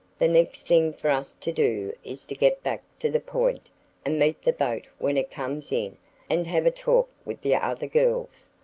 the next thing for us to do is to get back to the point and meet the boat when it comes in and have a talk with the other girls.